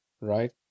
right